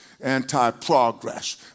anti-progress